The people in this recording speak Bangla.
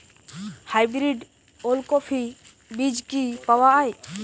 হাইব্রিড ওলকফি বীজ কি পাওয়া য়ায়?